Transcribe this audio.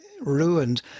ruined